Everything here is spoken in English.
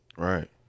Right